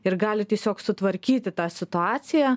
ir gali tiesiog sutvarkyti tą situaciją